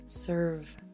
serve